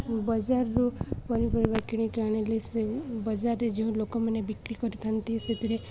ବଜାରରୁ ପନିପରିବା କିଣିକି ଆଣିଲେ ସେ ବଜାରରେ ଯେଉଁ ଲୋକମାନେ ବିକ୍ରି କରିଥାନ୍ତି ସେଥିରେ